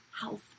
health